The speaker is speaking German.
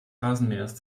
rasenmähers